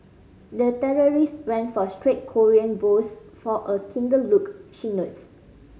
the terrorist went for straight Korean brows for a kinder look she notes